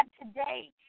today